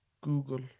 Google